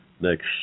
next